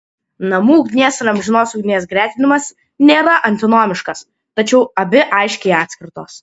namų ugnies ir amžinos ugnies gretinimas nėra antinomiškas tačiau abi aiškiai atskirtos